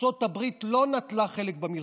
ארצות הברית לא נטלה חלק במלחמה.